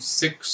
six